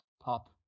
Pop